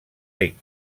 ric